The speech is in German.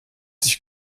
sich